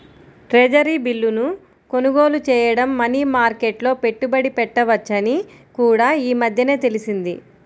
treasury బిల్లును కొనుగోలు చేయడం మనీ మార్కెట్లో పెట్టుబడి పెట్టవచ్చని కూడా ఈ మధ్యనే తెలిసింది